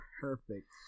perfect